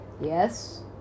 yes